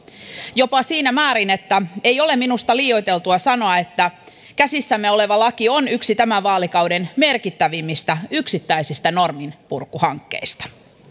jopa siinä määrin että ei ole minusta liioiteltua sanoa että käsissämme oleva laki on yksi tämän vaalikauden merkittävimmistä yksittäisistä norminpurkuhankkeista